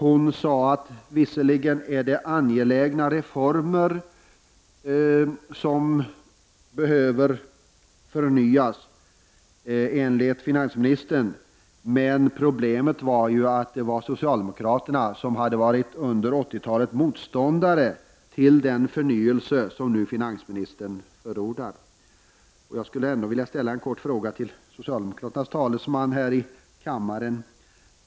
Hon sade att visserligen är det angelägna reformer som behöver förnyas enligt finansministern, men problemet är att det är socialdemokraterna som under 80-talet varit motståndare till den förnyelse som finansministern nu förordar. Jag vill ställa en kort fråga till socialdemokraternas talesman här i kammaren.